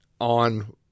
on